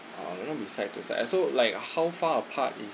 ah I want them be side to side and so like uh how far apart is